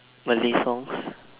Malay songs